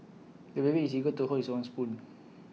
the baby is eager to hold his own spoon